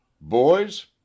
Boys